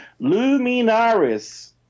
Luminaris